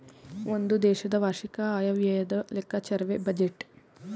ಒಂದು ದೇಶದ ವಾರ್ಷಿಕ ಆಯವ್ಯಯದ ಲೆಕ್ಕಾಚಾರವೇ ಬಜೆಟ್